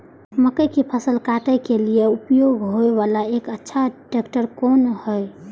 मक्का के फसल काटय के लिए उपयोग होय वाला एक अच्छा ट्रैक्टर कोन हय?